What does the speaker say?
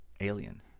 alien